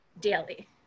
daily